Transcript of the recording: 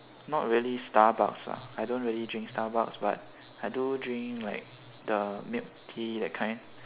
not really starbucks ah I don't really drink starbucks but I do drink like the milk tea that kind